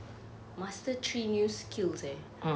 master three new skills eh